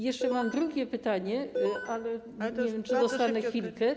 Jeszcze mam drugie pytanie, ale nie wiem, czy dostanę chwilkę.